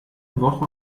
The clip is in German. woche